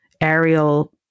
aerial